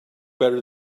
better